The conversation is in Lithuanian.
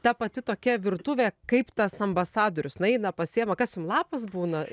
ta pati tokia virtuvė kaip tas ambasadorius nueina pasiima kas jum lapas būna